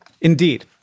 Indeed